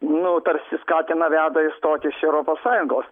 nu tarsi skatina veda išstoti iš europos sąjungos